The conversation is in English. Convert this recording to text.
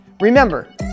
Remember